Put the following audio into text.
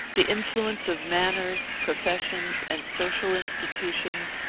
the influence of manners, professions, and social institutions,